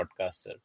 podcaster